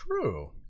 true